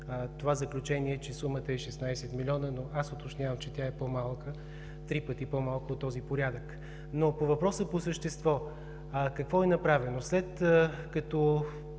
това заключение, че сумата е 16 млн., но аз уточнявам, че тя е три пъти по-малка от този порядък. По въпроса по същество – какво е направено? След като